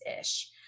ish